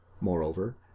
moreover